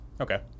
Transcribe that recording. Okay